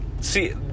see